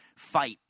Fight